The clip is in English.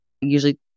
usually